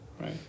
right